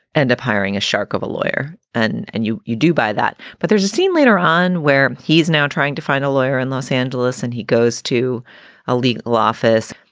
end up hiring a shark of a lawyer? and and you you do buy that. but there's a scene later on where he's now trying to find a lawyer in los angeles and he goes to a legal office.